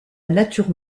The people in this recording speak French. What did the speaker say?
nature